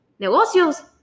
negocios